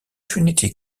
trinity